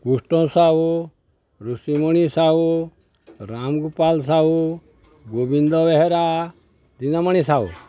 Krushna Sahu Rushimani Sahu Ramgopal Sahu Gobinda Behera Dinamani Sahu